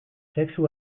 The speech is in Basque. sexu